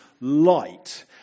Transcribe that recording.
light